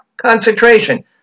Concentration